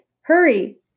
Hurry